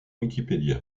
wikipédia